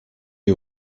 mes